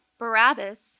Barabbas